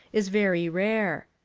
is very rare.